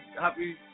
Happy